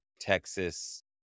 Texas